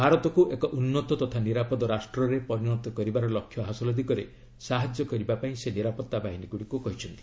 ଭାରତକୁ ଏକ ଉନ୍ନତ ତଥା ନିରାପଦ ରାଷ୍ଟ୍ରରେ ପରିଣତ କରିବାର ଲକ୍ଷ୍ୟ ହାସଲ ଦିଗରେ ସାହାଯ୍ୟ କରିବାକୁ ସେ ନିରାପତ୍ତା ବାହିନୀଗୁଡ଼ିକୁ କହିଛନ୍ତି